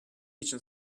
için